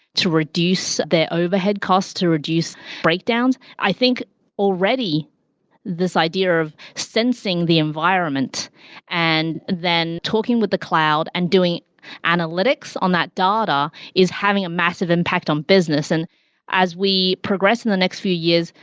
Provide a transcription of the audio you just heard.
to reduce their overhead cost, to reduce breakdowns. i think already this idea of sensing the environment and then talking with the cloud and doing analytics on that data is having a massive impact on business and as we progress in the next few years,